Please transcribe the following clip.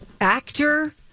actor